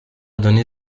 donné